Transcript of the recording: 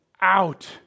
out